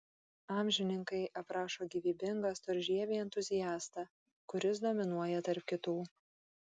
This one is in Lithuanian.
amžininkai aprašo gyvybingą storžievį entuziastą kuris dominuoja tarp kitų